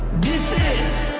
this is